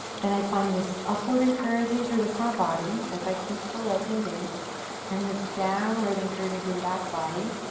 then i find this upward encouraging through the front body as i keep the legs engaged and this downward encouraging through the back body